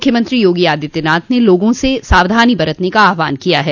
मुख्यमंत्री योगी आदित्यनाथ ने लोगों से सावधानी बरतने का आहवान किया है